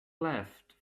left